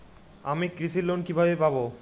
আমি কৃষি লোন কিভাবে পাবো?